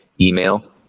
email